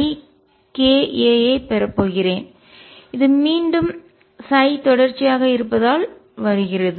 E eika ஐப் பெறப் போகிறேன் இது மீண்டும் தொடர்ச்சியாக இருப்பதால் வருகிறது